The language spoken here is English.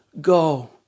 go